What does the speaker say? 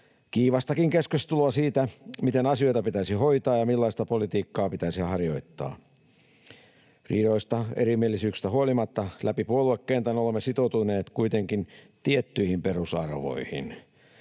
kiivastakin keskustelua siitä, miten asioita pitäisi hoitaa ja millaista politiikkaa pitäisi harjoittaa. Riidoista ja erimielisyyksistä huolimatta läpi puoluekentän olemme sitoutuneet kuitenkin tiettyihin perusarvoihin: